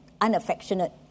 unaffectionate